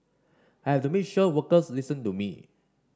I have to make sure workers listen to me